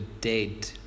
dead